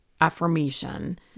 affirmation